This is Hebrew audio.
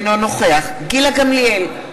אינו נוכח גילה גמליאל,